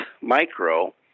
Micro